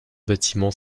bâtiment